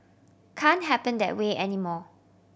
can happen that way anymore